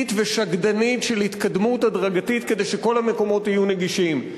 ושקדנית של התקדמות הדרגתית כדי שכל המקומות יהיו נגישים.